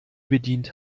bedient